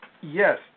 Yes